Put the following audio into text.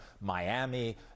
miami